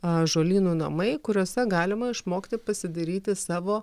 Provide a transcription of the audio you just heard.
ąžuolynų namai kuriuose galima išmokti pasidaryti savo